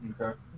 Okay